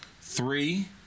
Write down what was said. three